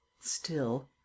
Still